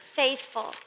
faithful